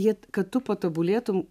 jie kad tu patobulėtum